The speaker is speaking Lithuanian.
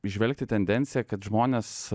įžvelgti tendenciją kad žmones